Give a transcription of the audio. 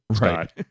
Right